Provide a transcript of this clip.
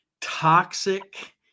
toxic